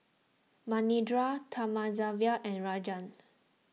Manindra Thamizhavel and Rajan